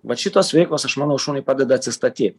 vat šitos veiklos aš manau šuniui padeda atsistatyt